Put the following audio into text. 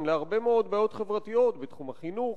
להרבה מאוד בעיות חברתיות בתחומי החינוך,